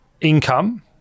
income